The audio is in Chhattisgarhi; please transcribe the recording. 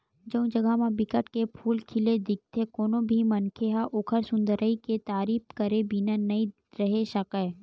जउन जघा म बिकट के फूल खिले दिखथे कोनो भी मनखे ह ओखर सुंदरई के तारीफ करे बिना नइ रहें सकय